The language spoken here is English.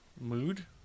Mood